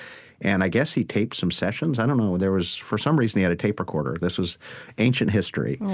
and i guess he taped some sessions. i don't know. there was for some reason, he had a tape recorder. this was ancient history.